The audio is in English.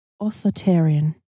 authoritarian